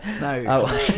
No